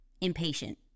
impatient